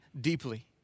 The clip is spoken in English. deeply